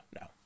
no